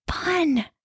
fun